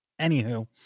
Anywho